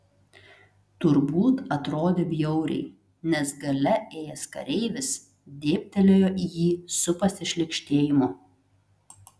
turbūt atrodė bjauriai nes gale ėjęs kareivis dėbtelėjo į jį su pasišlykštėjimu